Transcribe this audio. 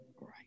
right